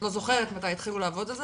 את לא זוכרת מתי התחילו לעבוד על זה?